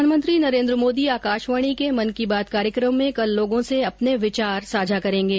प्रधानमंत्री नरेन्द्र मोदी आकाशवाणी के मन की बात कार्यक्रम में कल लोगों से अपने विचार साझा करेंगे